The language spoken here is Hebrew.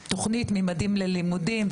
אם זה תוכנית ממדים ללימודים,